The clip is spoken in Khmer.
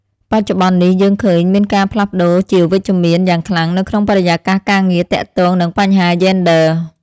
បច្ចុប្បន្ននេះយើងឃើញមានការផ្លាស់ប្តូរជាវិជ្ជមានយ៉ាងខ្លាំងនៅក្នុងបរិយាកាសការងារទាក់ទងនឹងបញ្ហាយេនឌ័រ។